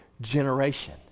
generation